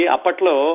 Apatlo